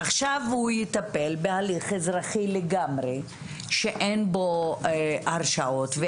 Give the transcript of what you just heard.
עכשיו הוא יטפל בהליך אזרחי לגמרי שאין בו הרשעות.